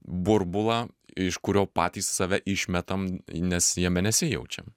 burbulą iš kurio patys save išmetam nes jame nesijaučiam